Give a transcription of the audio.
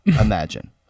imagine